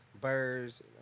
birds